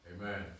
Amen